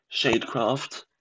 shadecraft